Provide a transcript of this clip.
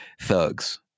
thugs